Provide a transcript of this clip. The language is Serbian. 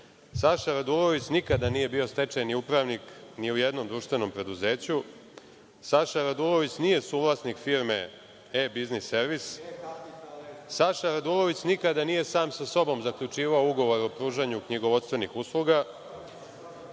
Saša Radulović nikada nije bio stečajni upravnik ni u jednom društvenom preduzeću, Saša Radulović nije suvlasnik firme „E-biznis servis“, Saša Radulović nikada nije sam sa sobom zaključivao ugovor o pružanju knjigovodstvenih usluga,